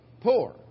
poor